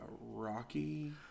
Rocky